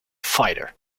fighter